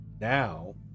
Now